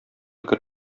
гер